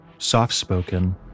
soft-spoken